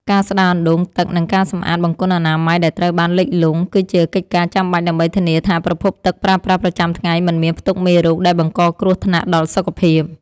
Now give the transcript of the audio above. ការស្ដារអណ្ដូងទឹក និងការសម្អាតបង្គន់អនាម័យដែលត្រូវបានលិចលង់ គឺជាកិច្ចការចាំបាច់ដើម្បីធានាថាប្រភពទឹកប្រើប្រាស់ប្រចាំថ្ងៃមិនមានផ្ទុកមេរោគដែលបង្កគ្រោះថ្នាក់ដល់សុខភាព។